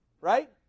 right